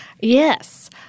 Yes